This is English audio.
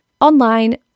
online